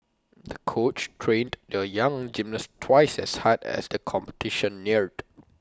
the coach trained the young gymnast twice as hard as the competition neared